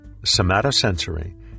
somatosensory